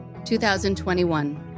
2021